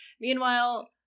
Meanwhile